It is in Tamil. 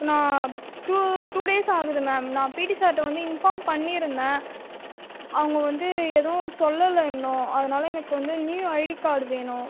எப்போனா டூ டூ டேஸ் ஆகுது மேம் நான் பிட்டி சாருகிட்ட வந்து இன்ஃபார்ம் பண்ணிருந்தேன் அவங்க வந்து எதுவும் சொல்லல இன்னும் அதனால எனக்கு வந்து நியூ ஐடி கார்டு வேணும்